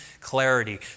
clarity